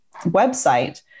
website